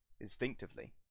instinctively